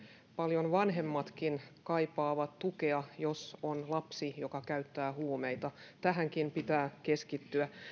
paljon vanhemmatkin kaipaavat tukea jos on lapsi joka käyttää huumeita tähänkin pitää keskittyä